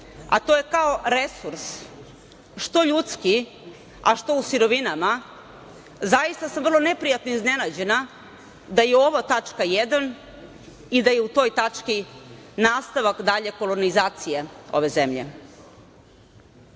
a to je kao resurs što ljudski, a što u sirovinama, zaista sam vrlo neprijatno iznenađena da je ovo tačka jedan i da je u toj tački nastavak dalje kolonizacije ove zemlje. Što